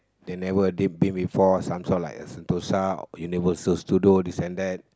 they never they been before some sort like sentosa Universal Studio this and that